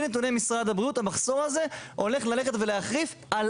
נתוני משרד הבריאות המחסור הזה הולך ללכת ולהחריף על